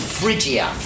Phrygia